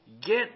Get